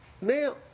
now